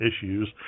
issues